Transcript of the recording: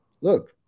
look